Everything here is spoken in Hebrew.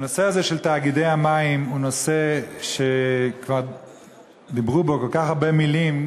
הנושא הזה של תאגידי המים הוא נושא שכבר אמרו בו כל כך הרבה מילים,